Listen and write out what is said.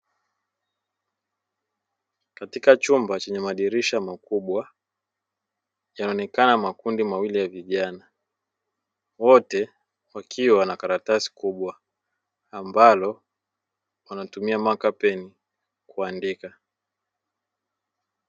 Katika chumba chenye madirisha makubwa, yanaonekana makundi mawili ya vijana, wote wakiwa na karatasi kubwa ambalo wanatumia makapeni kuandika.